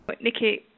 Nikki